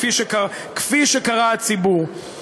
כפי שקרא הציבור.